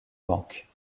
banque